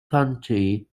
county